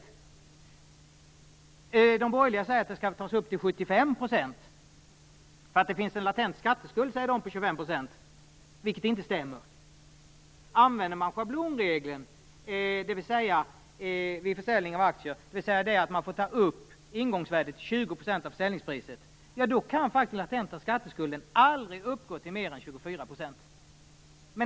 De borgerliga partierna anser att det skall utgå förmögenhetsskatt på 75 % av värdet. De säger att det finns en latent skatteskuld på 25 %, vilket inte stämmer. Om man använder schablonregeln vid försäljning av aktier, dvs. att man får ta upp ingångsvärdet till 20 % av försäljningspriset, kan den latenta skatteskulden faktiskt aldrig uppgå till mer än 24 %.